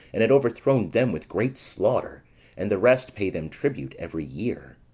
and had overthrown them with great slaughter and the rest pay them tribute every year.